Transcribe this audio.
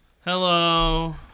hello